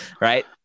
Right